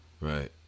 Right